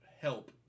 help